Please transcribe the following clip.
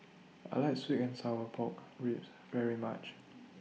I like Sweet and Sour Pork Ribs very much